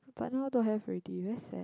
but now don't have already very sad